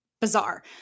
bizarre